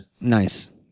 Nice